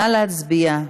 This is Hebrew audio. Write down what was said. נא להצביע.